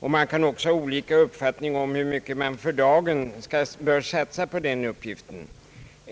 och man kan även ha olika uppfattning om hur mycket man för dagen bör satsa på denna uppgift.